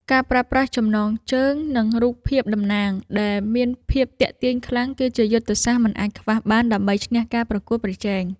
ការប្រើប្រាស់ចំណងជើង និងរូបភាពតំណាង ដែលមានភាពទាក់ទាញខ្លាំង គឺជាយុទ្ធសាស្ត្រមិនអាចខ្វះបានដើម្បីឈ្នះការប្រកួតប្រជែង។